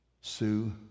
sue